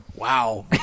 Wow